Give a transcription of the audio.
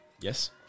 Yes